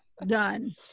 done